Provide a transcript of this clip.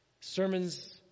Sermons